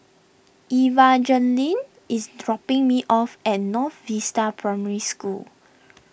Evangeline is dropping me off at North Vista Primary School